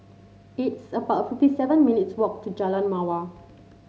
it's about fifty seven minutes' walk to Jalan Mawar